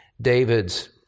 david's